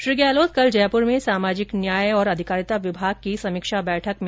श्री गहलोत कल जयपुर में सामाजिक न्याय और अधिकारिता विभाग की समीक्षा बैठक ली